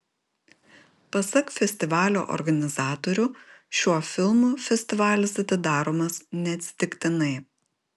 pasak festivalio organizatorių šiuo filmu festivalis atidaromas neatsitiktinai